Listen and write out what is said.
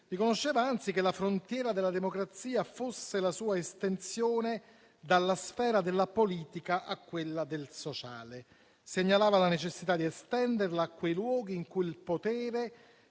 riconosceva anzi che la frontiera della democrazia fosse la sua estensione dalla sfera della politica a quella del sociale. Segnalava la necessità di estenderla a quei luoghi in cui il potere